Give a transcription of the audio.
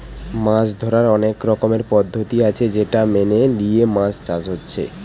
মাছ ধোরার অনেক রকমের পদ্ধতি আছে সেটা মেনে লিয়ে মাছ চাষ হচ্ছে